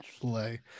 play